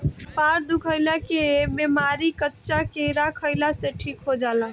कपार दुखइला के बेमारी कच्चा केरा खइला से ठीक हो जाला